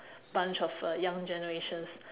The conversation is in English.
bunch of uh young generations